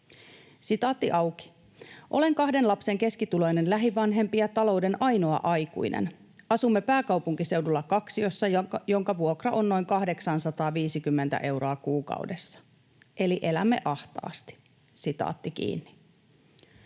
ratkaisuun.” ”Olen kahden lapsen keskituloinen lähivanhempi ja talouden ainoa aikuinen. Asumme pääkaupunkiseudulla kaksiossa, jonka vuokra on noin 850 euroa kuukaudessa. Eli elämme ahtaasti.” ”Olen